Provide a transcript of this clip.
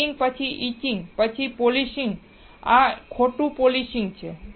lapping પછી etching પછી polishing આ ખોટું પોલિશિંગ છે